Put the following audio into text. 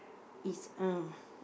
is uh